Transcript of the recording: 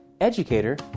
educator